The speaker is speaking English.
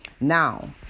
Now